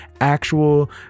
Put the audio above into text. actual